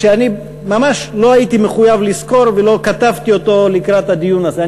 שאני ממש לא הייתי מחויב לזכור ולא כתבתי אותו לקראת הדיון הזה,